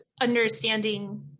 understanding